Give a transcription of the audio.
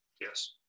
Yes